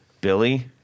billy